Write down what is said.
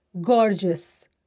gorgeous